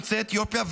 יוצאי אתיופיה,